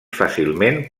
fàcilment